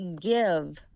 give